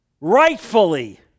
rightfully